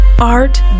art